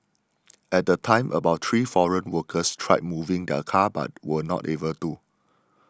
at the time about three foreign workers tried moving the car but were not able to